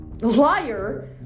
liar